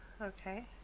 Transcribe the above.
okay